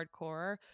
hardcore